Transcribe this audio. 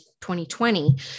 2020